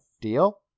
Deal